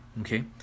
okay